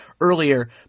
earlier